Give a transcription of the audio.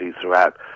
throughout